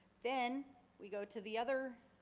then we go to the other